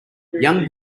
blond